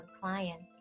clients